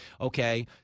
Okay